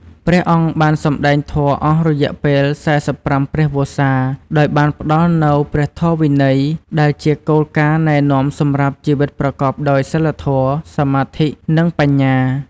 ព្រះអង្គបានសម្ដែងធម៌អស់រយៈពេល ៤៥ ព្រះវស្សា ដោយបានផ្ដល់នូវ ព្រះធម៌វិន័យ ដែលជាគោលការណ៍ណែនាំសម្រាប់ជីវិតប្រកបដោយសីលធម៌ សមាធិ និងបញ្ញា។